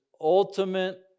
ultimate